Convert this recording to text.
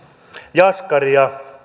jaskari